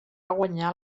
guanyar